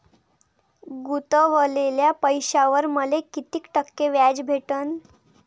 गुतवलेल्या पैशावर मले कितीक टक्के व्याज भेटन?